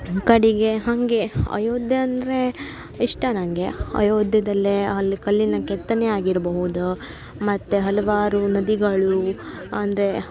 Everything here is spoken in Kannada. ಕಡಿಗೆ ಹಾಗೆ ಅಯೋಧ್ಯ ಅಂದರೆ ಇಷ್ಟ ನನಗೆ ಅಯೋಧ್ಯದಲ್ಲೆ ಅಲ್ಲಿ ಕಲ್ಲಿನ ಕೆತ್ತನೆ ಆಗಿರ್ಬಹುದ ಮತ್ತು ಹಲವಾರು ನದಿಗಳು ಅಂದರೆ